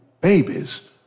babies